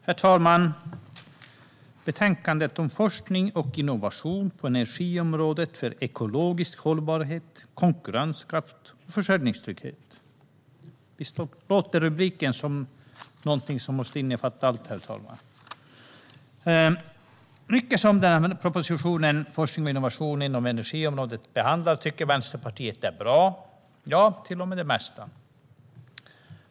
Herr talman! Visst låter betänkandets rubrik, Forskning och innovation på energiområdet för ekologisk hållbarhet, konkurrenskraft och försörjningstrygghet , som något som måste innefatta allt? Mycket som propositionen Forskning och innovation inom energiområdet behandlar tycker Vänsterpartiet är bra - ja, till och med det mesta.